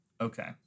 Okay